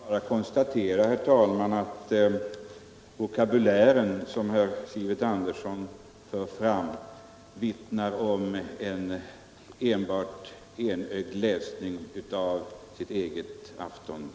Herr talman! Jag vill bara konstatera att den vokabulär som herr Sivert Andersson i Stockholm för fram vittnar om en enbart enögd läsning av hans eget Aftonblad.